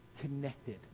connected